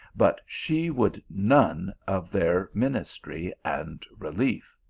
but she would none of their ministry and relief.